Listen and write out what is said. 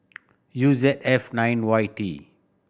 U Z F nine Y T